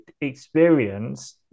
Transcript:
experience